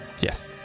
Yes